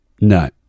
No